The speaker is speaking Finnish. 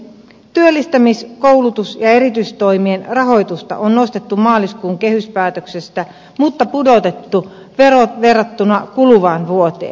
työllistämis koulutus ja erityistoimien rahoitusta on nostettu maaliskuun kehyspäätöksestä mutta pudotettu verrattuna kuluvaan vuoteen